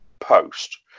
post